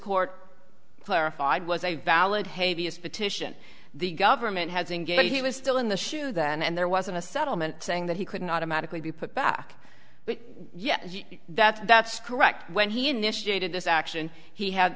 court clarified was a valid hey vs petition the government has engaged he was still in the shu then and there wasn't a settlement saying that he couldn't automatically be put back but yes that's that's correct when he initiated this action he had